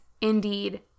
indeed